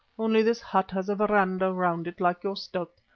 only this hut has a verandah round it like your stoep,